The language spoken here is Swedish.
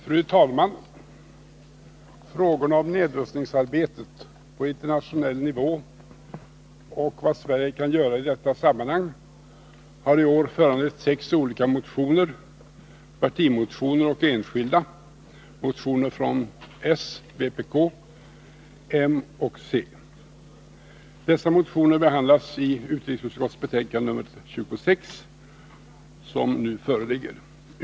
Fru talman! Frågorna om nedrustningsarbetet på internationell nivå och vad Sverige kan göra i detta sammanhang har i år föranlett sex olika motioner, partimotioner och enskilda motioner, motioner från s, vpk, m och c. Dessa motioner behandlas i utrikesutskottets betänkande nr 26, som nu föreligger.